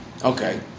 Okay